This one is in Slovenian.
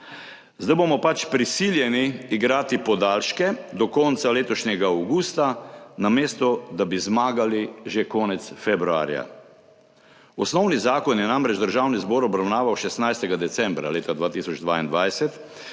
Zdaj bomo pač prisiljeni igrati podaljške do konca letošnjega avgusta, namesto da bi zmagali že konec februarja. Osnovni zakon je namreč Državni zbor obravnaval 16. decembra leta 2022.